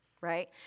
Right